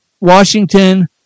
Washington